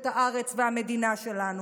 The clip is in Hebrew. את הארץ והמדינה שלנו.